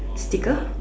sticker